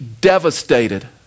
devastated